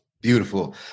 beautiful